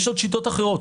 יש שיטות אחרות.